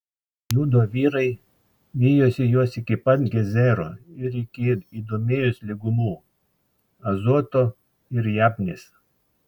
judo vyrai vijosi juos iki pat gezero ir iki idumėjos lygumų azoto ir jabnės